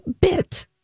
bit